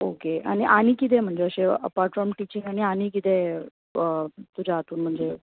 okay आनी कितें म्हणजे अशें लायक अर्पाट फ्रोम टिचींग आनीक कितें तुज्या हातून म्हणजे